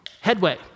headway